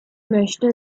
möchte